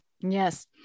Yes